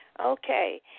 Okay